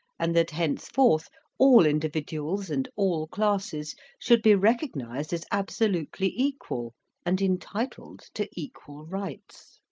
and that henceforth all individuals and all classes should be recognized as absolutely equal and entitled to equal rights.